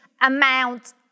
amount